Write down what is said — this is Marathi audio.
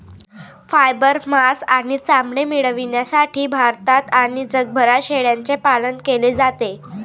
फायबर, मांस आणि चामडे मिळविण्यासाठी भारतात आणि जगभरात शेळ्यांचे पालन केले जाते